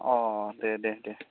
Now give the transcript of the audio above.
औ दे दे दे